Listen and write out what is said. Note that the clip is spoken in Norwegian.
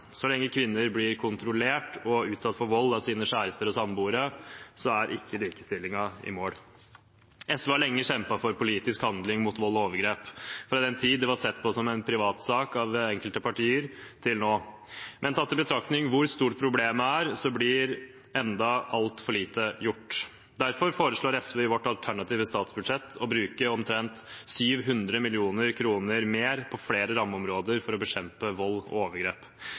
Så lenge kvinner blir kontrollert og utsatt for vold av sine kjærester og samboere, er man ikke i mål med likestillingen. SV har lenge kjempet for politisk handling mot vold og overgrep, fra den tid det var sett på som en privatsak av enkelte partier, og fram til nå. Men tatt i betrakting hvor stort problemet er, blir fremdeles altfor lite gjort. Derfor foreslår SV i sitt alternative statsbudsjett å bruke omtrent 700 mill. kr mer på flere rammeområder for å bekjempe vold og overgrep.